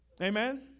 Amen